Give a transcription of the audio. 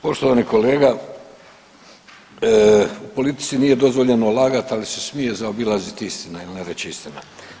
Poštovani kolega, u politici nije dozvoljeno lagat, ali se smije zaobilazit istina ili ne reć istina.